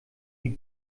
die